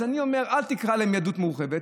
אז אני אומר: אל תקרא להם "יהדות מורחבת",